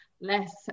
less